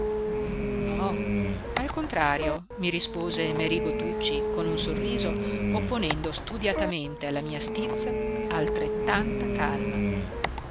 no al contrario mi rispose merigo tucci con un sorriso opponendo studiatamente alla mia stizza altrettanta calma